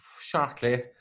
Shortly